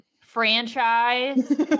franchise